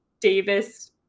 Davis